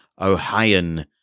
Ohioan